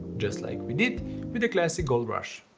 just like we did with the classic gold rush.